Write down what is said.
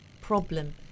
problem